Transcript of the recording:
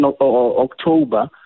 October